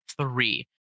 three